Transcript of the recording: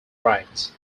right